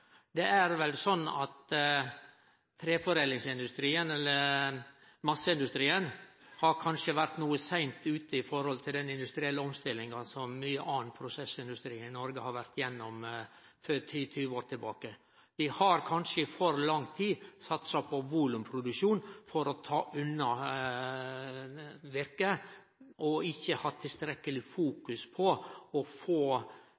Det er vel sånn at treforedlingsindustrien, eller masseindustrien, kanskje har vore noko seint ute i den industrielle omstillinga som mykje annan prosessindustri i Noreg har vore gjennom for 10–20 år tilbake. Vi har kanskje i for lang tid satsa på volumproduksjon for å ta unna virke, og ikkje hatt tilstrekkeleg